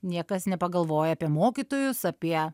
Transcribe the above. niekas nepagalvoja apie mokytojus apie